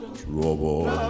trouble